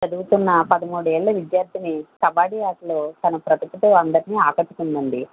చదువుతున్న పదమూడేళ్ళ విద్యార్థిని కబడ్డీ ఆటలో తన ప్రతిభతో అందర్ని ఆకట్టుకుందండి